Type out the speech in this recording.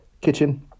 kitchen